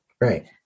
Right